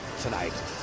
tonight